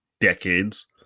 decades